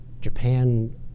Japan